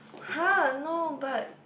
[huh] no but